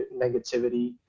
negativity